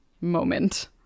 moment